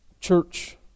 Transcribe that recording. church